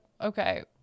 okay